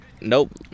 Nope